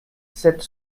sept